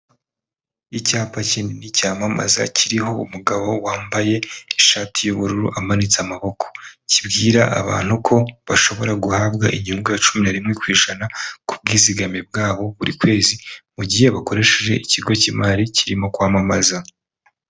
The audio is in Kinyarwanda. Icyapa kinini cyamamaza kiriho umugabo wambaye ishati y'ubururu amanitse amaboko, kibwira abantu ko bashobora guhabwa inyungu ya cumi na rimwe ku ijana ku bwizigame bwabo buri kwezi mu gihe bakoresheje ikigo cy'imari kirimo kwamamaza.